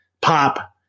Pop